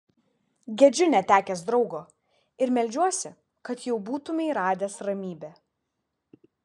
gedžiu netekęs draugo ir meldžiuosi kad jau būtumei radęs ramybę